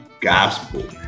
gospel